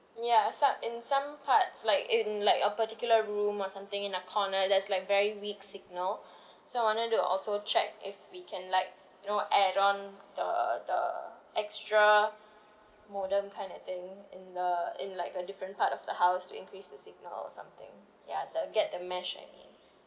ya som~ in some parts like in like a particular room or something in a corner there's like very weak signal so I wanted to do also check if we can like you know add on the the extra modem kind of thing in the in like a different part of the house to increase the signal or something ya I'll get the mesh I mean